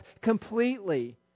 completely